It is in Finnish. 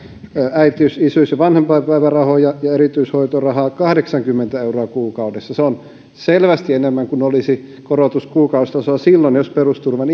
äitiys isyys ja vanhempainpäivärahoja ja erityishoitorahaa kahdeksankymmentä euroa kuukaudessa se on selvästi enemmän kuin olisi korotus kuukausitasolla silloin jos perusturvan